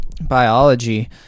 biology